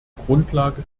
grundlage